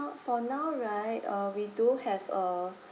for now right err we do have a